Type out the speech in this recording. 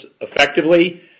effectively